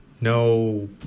No